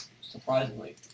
Surprisingly